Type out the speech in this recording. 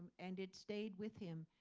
and it stayed with him.